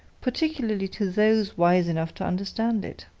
particularly to those wise enough to understand it.